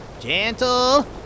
Gentle